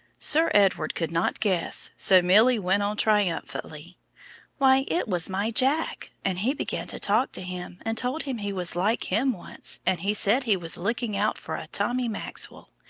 sir edward could not guess, so milly went on triumphantly why, it was my jack, and he began to talk to him, and told him he was like him once, and he said he was looking out for a tommy maxwell.